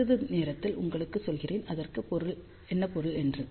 சிறிது நேரத்தில் உங்களுக்கு சொல்கிறேன் அதற்கு என்ன பொருள் என்று